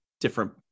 different